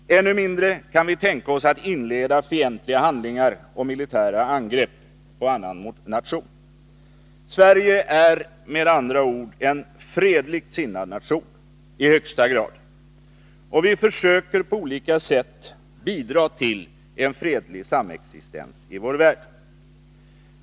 Ännu mindre kan vi tänka oss att inleda fientliga handlingar och militära angrepp på en annan nation. Sverige är med andra ord en fredligt sinnad nation. I högsta grad. Och vi försöker på olika sätt bidra till en fredlig samexistens i vår värld.